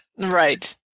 right